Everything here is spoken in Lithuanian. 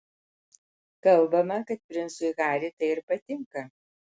kalbama kad princui harry tai ir patinka